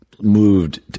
moved